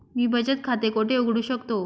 मी बचत खाते कोठे उघडू शकतो?